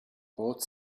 both